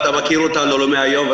ואתה מכיר אותנו לא מהיום,